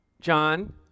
John